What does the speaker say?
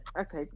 okay